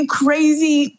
crazy